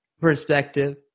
perspective